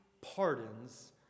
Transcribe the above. pardons